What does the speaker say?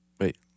Wait